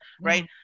right